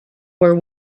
were